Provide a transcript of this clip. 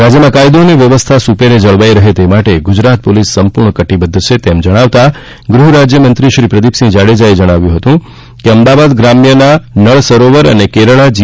રાજ્યમાં કાયદો અને વ્યવસ્થા સુપેરે જળવાઇ રહે તે માટે ગુજરાત પોલીસ સંપૂર્ણ કટ્ટીબધ્ધ છે તેમ જણાવતા ગૃહ રાજય મંત્રી પ્રદીપસિંહ જાડેજાએ કહ્યું હતું કે અમદાવાદ ગ્રામ્યના નળ સરોવર અને કેરાળા જી